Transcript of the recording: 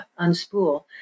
unspool